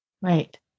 right